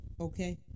okay